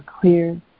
clear